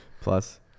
Plus